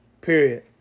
period